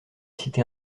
cité